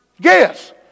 Guess